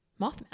Mothman